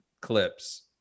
clips